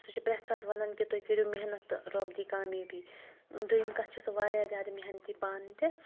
سُہ چھِ پرٮ۪تھ ساتہٕ وَنان کہِ تُہۍ کٔرِو محنت تہٕ رۄب دی کامیٲبی دوٚیِم کَتھ چھِ سُہ واریاہ زیادٕ محنتی پانہٕ تہِ